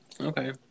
okay